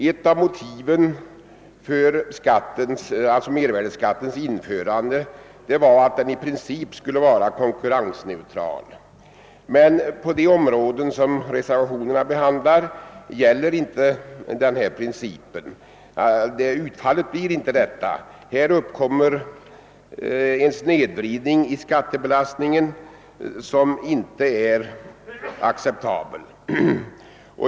Ett av motiven för mervärdeskattens införande var att den i princip skulle vara konkurrensneutral, men på de områden som reservationerna behandlar gäller inte denna princip. Utfallet blir ett annat. Här uppkommer en snedvridning i skattebelastningen, som inte är acceptabel.